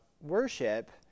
worship